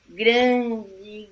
grande